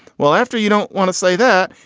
well after you don't want to say that,